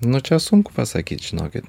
nu čia sunku pasakyt žinokit